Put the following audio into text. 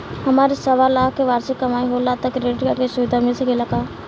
हमार सवालाख के वार्षिक कमाई होला त क्रेडिट कार्ड के सुविधा मिल सकेला का?